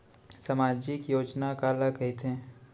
सामाजिक योजना काला कहिथे?